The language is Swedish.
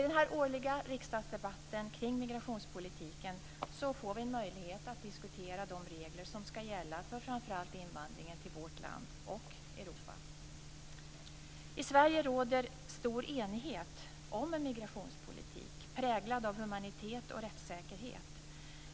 I denna årliga riksdagsdebatt kring migrationspolitiken får vi en möjlighet att diskutera de regler som ska gälla för framför allt invandringen till vårt land och Europa. I Sverige råder stor enighet om en migrationspolitik präglad av humanitet och rättssäkerhet.